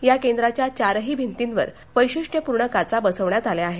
या केंद्राच्या चारही भिंतींवर वैशिष्ट्यपूर्ण काचा बसवण्यात आल्या आहेत